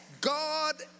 God